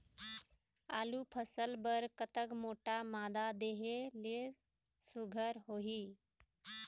आलू फसल बर कतक मोटा मादा देहे ले सुघ्घर होही?